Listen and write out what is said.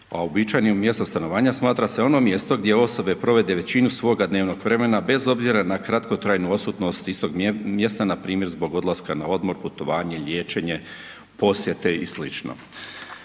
uobičajenim mjestom stanovanja smatra se ono mjesto gdje osobe provode većinu svojeg dnevnog vremena bez obzira na kratkotrajnu odsutnost iz tog mjesta npr. zbog odlaska na odmor, putanje, liječenje, posjete i sl.